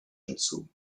hinzu